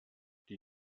die